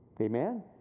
Amen